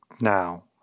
now